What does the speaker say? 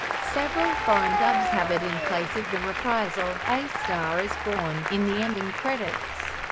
several foreign dubs have it in place of the reprise of a star is born in the ending credits.